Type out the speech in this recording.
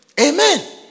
Amen